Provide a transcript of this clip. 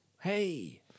hey